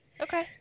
Okay